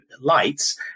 lights